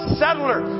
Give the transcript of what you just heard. settler